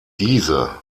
diese